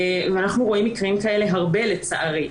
אנחנו רואים הרבה מקרים כאלה, לצערי.